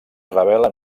revela